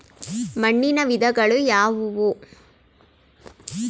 ಮಣ್ಣಿನ ವಿಧಗಳು ಯಾವುವು?